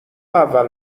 اول